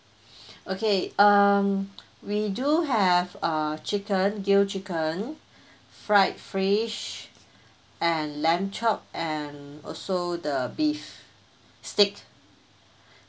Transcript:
okay um we do have uh chicken gill chicken fried fish and lamb chop and also the beef steak